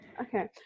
Okay